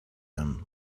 him